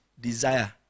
desire